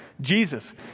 Jesus